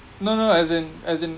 no no as in as in